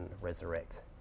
resurrect